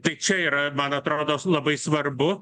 tai čia yra man atrodo labai svarbu